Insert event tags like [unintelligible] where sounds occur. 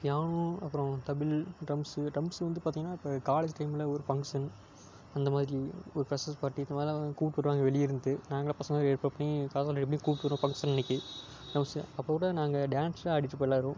piano அப்புறம் தபில் drums drums வந்து பார்த்திங்கன்னா இப்போ காலேஜ் டைமில் ஒரு ஃபங்க்ஷன் அந்தமாதிரி ஒரு ஃப்ரஷர்ஸ் பார்ட்டி இந்தமாதிரிலாம் கூப்பிட்றாங்க வெளியே இருந்து நாங்கள்லாம் பசங்கள்லாம் ஏற்பாடுப் பண்ணி [unintelligible] எப்படி கூப்பிட்றோம் ஃபங்க்ஷன் அன்றைக்கு [unintelligible] அப்போக்கூட நாங்கள் டான்ஸ் தான் ஆடிட்டிருப்போம் எல்லோரும்